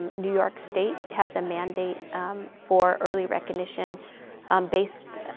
new york state has a mandate for early recognition based,